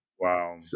Wow